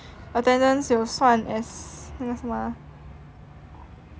attendance 有算 as 那个什么啊